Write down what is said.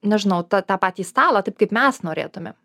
nežinau tą patį stalą taip kaip mes norėtumėm